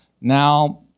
Now